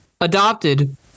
adopted